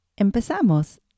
Empezamos